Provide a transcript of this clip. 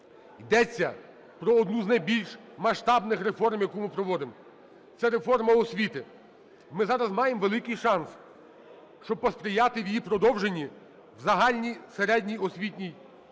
Йдеться про одну з найбільш масштабних реформ, яку ми проводимо, це реформа освіти. Ми зараз маємо великий шанс, щоб посприяти в її продовженні в загальних середніх освітніх